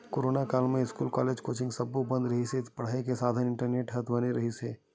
corona काल म school, college, coaching सब्बो बंद रिहिस हे त पड़ई के साधन इंटरनेट ह बन गे रिहिस हे